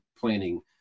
planning